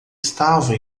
estava